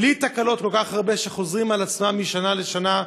בלי תקלות, וכל כך הרבה חוזרות על עצמן משנה לשנה.